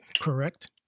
Correct